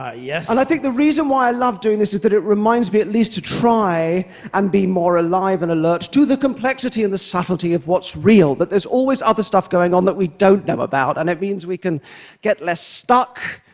ah yes. db and i think the reason why i love doing this is that it reminds me at least to try and be more alive and alert to the complexity and the subtlety of what's real, that there's always other stuff going on that we don't know about, and it means we can get less stuck,